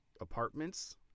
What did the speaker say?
apartments